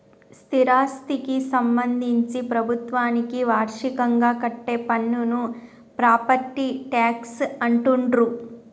స్థిరాస్థికి సంబంధించి ప్రభుత్వానికి వార్షికంగా కట్టే పన్నును ప్రాపర్టీ ట్యాక్స్ అంటుండ్రు